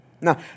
Now